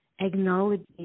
acknowledging